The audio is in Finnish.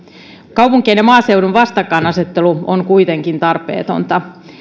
kaupunkien ja maaseudun vastakkainasettelu on kuitenkin tarpeetonta